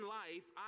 life